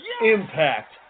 Impact